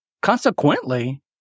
consequently